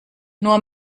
nur